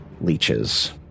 leeches